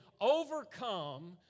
overcome